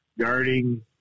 guarding